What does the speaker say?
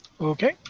Okay